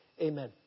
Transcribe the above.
amen